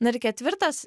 na ir ketvirtas